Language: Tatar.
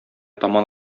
таман